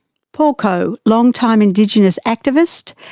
paul coe, long-time indigenous activist,